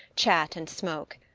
chat and smoke.